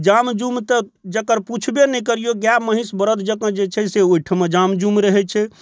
जाम जुम तऽ जेकर पूछबे नहि करियौ गाय महिष बरद जकाँ जे छै से ओहिठुमा जाम जुम रहै छै